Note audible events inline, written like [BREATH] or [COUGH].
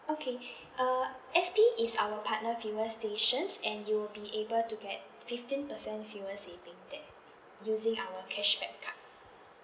okay [BREATH] uh S_P is our partnered fuel stations and you'll be able to get fifteen percent fuel saving that using our cashback card